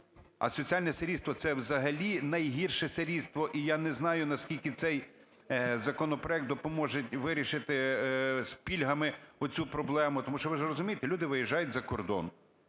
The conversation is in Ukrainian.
а соціальне сирітство – це взагалі найгірше сирітство. І я не знаю, наскільки цей законопроект допоможе вирішити з пільгами оцю проблему. Тому що, ви ж розумієте, люди виїжджають за кордон,